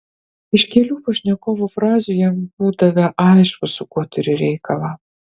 iš kelių pašnekovo frazių jam būdavę aišku su kuo turi reikalą